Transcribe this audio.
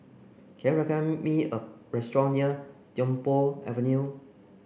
can you me a restaurant near Tiong Poh Avenue